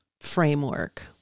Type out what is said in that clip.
framework